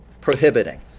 prohibiting